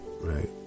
right